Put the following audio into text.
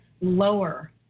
lower